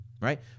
right